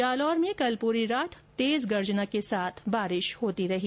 जालोर में पूरी रात तेज गर्जना के साथ बारिश होती रही